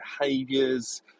behaviors